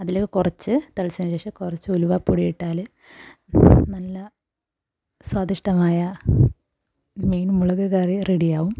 അതിൽ കുറച്ച് തിളച്ചതിന് ശേഷം കുറച്ച് ഉലുവ പൊടിയിട്ടാൽ നല്ല സ്വാദിഷ്ടമായ മീൻ മുളക് കറി റെഡിയാവും